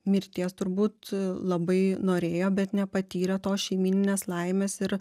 mirties turbūt labai norėjo bet nepatyrė tos šeimyninės laimės ir